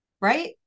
right